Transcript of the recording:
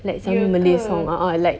like singing malay song a'ah like